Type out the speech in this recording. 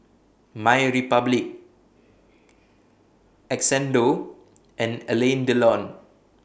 MyRepublic Xndo and Alain Delon